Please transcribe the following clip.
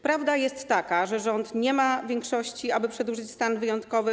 Prawda jest taka, że rząd nie ma większości, aby przedłużyć stan wyjątkowy.